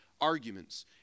arguments